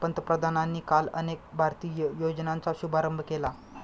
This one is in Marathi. पंतप्रधानांनी काल अनेक भारतीय योजनांचा शुभारंभ केला